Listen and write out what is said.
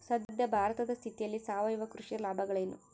ಸದ್ಯ ಭಾರತದ ಸ್ಥಿತಿಯಲ್ಲಿ ಸಾವಯವ ಕೃಷಿಯ ಲಾಭಗಳೇನು?